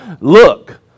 look